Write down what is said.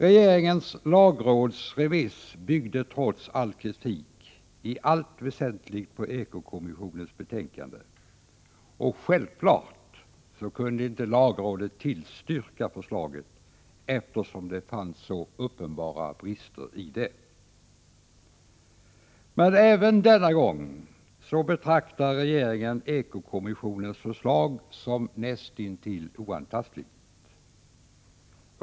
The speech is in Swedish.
Regeringens lagrådsremiss byggde trots all kritik i allt väsentligt på ekokommissionens betänkande. Självfallet kunde inte lagrådet tillstyrka förslaget, eftersom det fanns så uppenbara brister i det. Även denna gång betraktar regeringen ekokommissionens förslag som näst intill oantastligt.